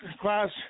class